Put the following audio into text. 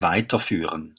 weiterführen